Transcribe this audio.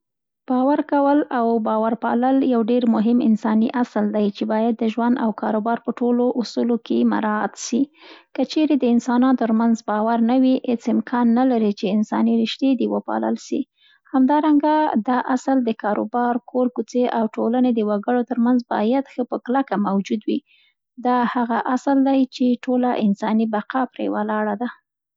باور کول او باور پالل یو ډېر مهم انساني اصل دی، چي باید د ژوند او کارو بار په ټولو اصولو کې مراعات سي. که چیري د انسانانو تر منځ باور نه وي، هېڅ امکان نه لري، چي انساني رشتنې دې وپالل سي. همدارنګه دا اصل د کارو باور، کور، کوڅې او د ټولنې د وګړو تر منځ باید ښه کلک موجود وي. دا هغه اصل دی چي ټوله انساني بقا پرې ولاړه ده.